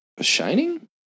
Shining